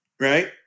right